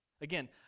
again